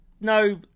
no